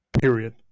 period